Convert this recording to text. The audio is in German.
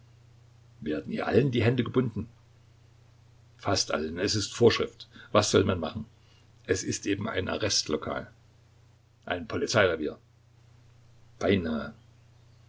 werden hier allen die hände gebunden fast allen es ist vorschrift was soll man machen es ist eben ein arrestlokal ein polizeirevier beinahe